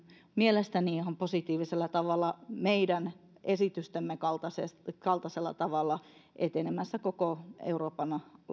mielestäni ihan positiivisella tavalla meidän esitystemme kaltaisella kaltaisella tavalla etenemässä koko euroopan